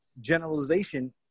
generalization